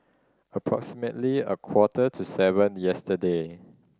Approximately a quarter to seven yesterday